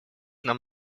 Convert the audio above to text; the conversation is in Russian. нам